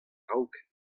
raok